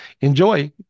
enjoy